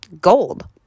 Gold